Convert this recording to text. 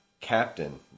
Captain